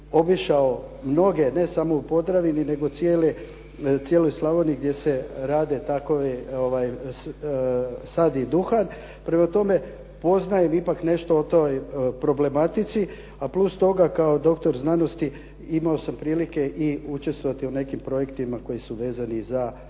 obišao mnoge, ne samo u Podravini, nego cijelu Slavoniju gdje se rade takve, sadi duhan, prema tome poznajem ipak nešto o toj problematici, a plus toga kao doktor znanosti imao sam prilike i učestvovati u nekim projektima koji su vezani za